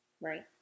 right